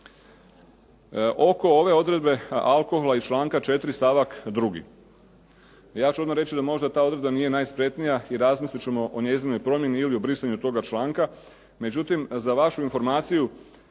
Oko ove odredbe alkohola iz članka 4. stavak 2. Ja ću odmah reći da možda ta odredba nije najspretnija i razmislit ćemo o njezinoj promjeni ili o brisanju toga članka.